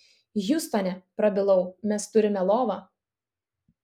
hjustone prabilau mes turime lovą